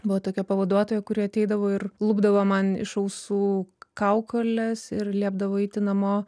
buvo tokia pavaduotoja kuri ateidavo ir lupdavo man iš ausų kaukoles ir liepdavo eiti namo